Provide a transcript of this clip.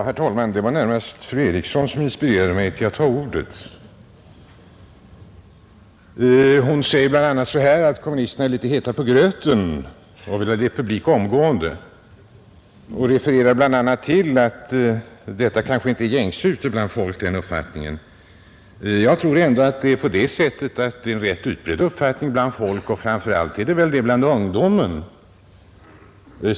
Herr talman! Det var närmast fru Eriksson i Stockholm som inspirerade mig att ta ordet. Hon säger bl.a. att kommunisterna är litet heta på gröten och vill ha republik omgående. Hon refererar bl.a. till att den uppfattningen kanske inte är den gängse ute bland folket. Jag tror ändå att det är på det sättet att det är en rätt utbredd uppfattning bland folk och väl framför allt bland ungdomen.